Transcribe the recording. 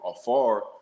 afar